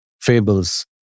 fables